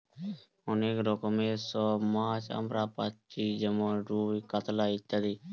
অনেক রকমের সব মাছ আমরা পাচ্ছি যেমন রুই, কাতলা ইত্যাদি